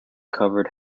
covered